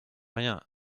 rien